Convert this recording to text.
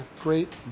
great